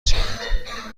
شود